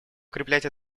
укреплять